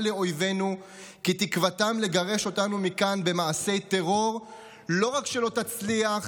לאויבינו כי תקוותם לגרש אותנו מכאן במעשי טרור לא רק שלא תצליח,